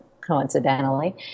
coincidentally